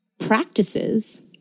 practices